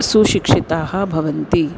सुशिक्षिताः भवन्ति